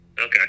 Okay